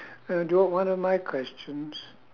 oh do you want one of my questions